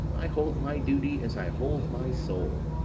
i hold my duty, as i hold my soul,